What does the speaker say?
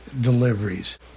deliveries